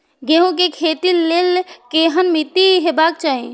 गेहूं के खेतीक लेल केहन मीट्टी हेबाक चाही?